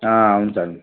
అవును సార్